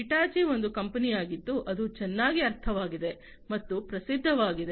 Hitachi ಒಂದು ಕಂಪನಿಯಾಗಿದ್ದು ಅದು ಚೆನ್ನಾಗಿ ಅರ್ಥವಾಗಿದೆ ಮತ್ತು ಪ್ರಸಿದ್ಧವಾಗಿದೆ